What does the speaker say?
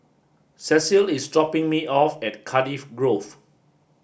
Cecile is dropping me off at Cardiff Grove